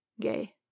gay